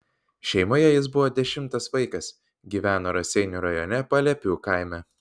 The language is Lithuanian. šeimoje jis buvo dešimtas vaikas gyveno raseinių rajone paliepių kaime